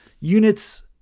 units